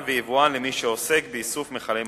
ויבואן למי שעוסק באיסוף מכלי משקה.